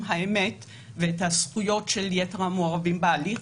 האמת ואת הזכויות של יתר המעורבים בהליך,